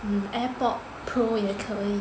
hmm Airpod pro 也可以